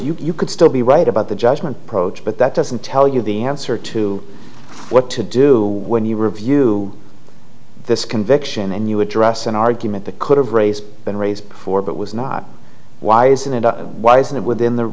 you could still be right about the judgment approach but that doesn't tell you the answer to what to do when you review this conviction and you address an argument that could have raised been raised before but was not wise and why isn't it within the